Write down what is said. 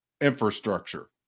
Infrastructure